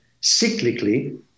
cyclically